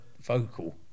vocal